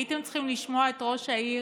הייתם צריכים לשמוע את ראש העיר,